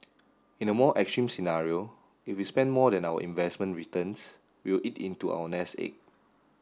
in a more extreme scenario if we spent more than our investment returns we will eat into our nest egg